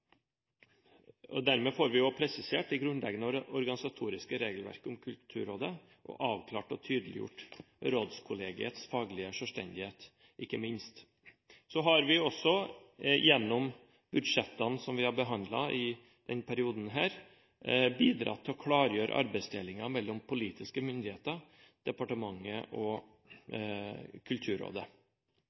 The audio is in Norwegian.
lovverk. Dermed får vi også presisert det grunnleggende organisatoriske regelverket om Kulturrådet, og avklart og ikke minst tydeliggjort rådskollegiets faglige selvstendighet. Vi har også gjennom budsjettene som vi har behandlet i denne perioden, bidratt til å klargjøre arbeidsdelingen mellom politiske myndigheter, departementet og Kulturrådet.